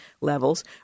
Levels